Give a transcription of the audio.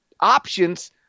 options